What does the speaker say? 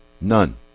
None